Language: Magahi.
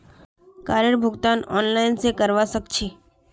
कारेर भुगतान ऑनलाइन स करवा सक छी